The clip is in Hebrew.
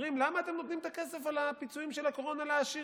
אומרים: למה אתם נותנים את הכסף על הפיצויים של הקורונה לעשירים?